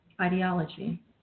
ideology